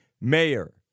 mayor